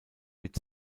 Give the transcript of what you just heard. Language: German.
mit